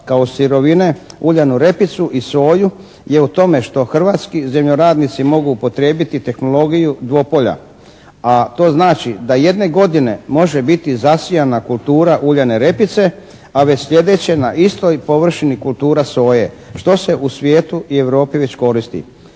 kao sirovine uljanu repicu i soju je u tome što hrvatski zemljoradnici mogu upotrijebiti tehnologiju dvopolja a to znači da jedne godine može biti zasijana kultura uljane repice a već slijedeće na istoj površini kultura soje što se u Europi i svijetu već koristi.